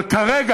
אבל כרגע,